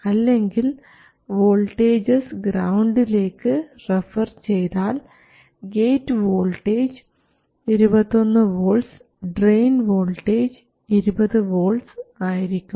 അല്ലെങ്കിൽ വോൾട്ടേജസ് ഗ്രൌണ്ടിലേക്ക് റഫർ ചെയ്താൽ gate voltage 21 volts drain voltage 20 volts ആയിരിക്കും